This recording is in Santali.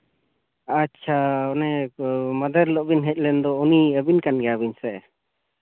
ᱟᱪᱪᱷᱟ ᱚᱱᱮ ᱢᱟᱦᱟᱫᱮᱨ ᱦᱤᱞᱳᱜ ᱵᱮᱱ ᱦᱮᱡ ᱞᱮᱱ ᱫᱚ ᱩᱱᱤ ᱟᱹᱵᱤᱱ ᱠᱟᱱ ᱜᱤᱭᱟᱵᱤᱱ ᱥᱮ